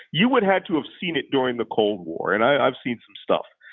you would had to have seen it during the cold war, and i've seen some stuff.